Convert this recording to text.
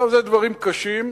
עכשיו, אלה דברים קשים.